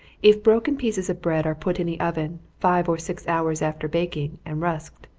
if broken pieces of bread are put in the oven, five or six hours after baking, and rusked,